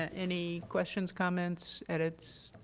any questions, comments, edits?